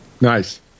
Nice